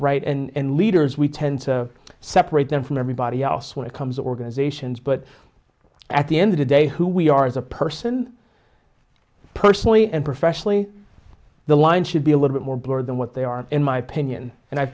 right and leaders we tend to separate them from everybody else when it comes organizations but at the end of the day who we are as a person personally and professionally the line should be a little more blurred than what they are in my opinion and i